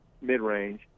mid-range